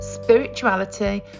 spirituality